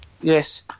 Yes